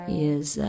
yes